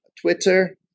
Twitter